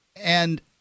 And-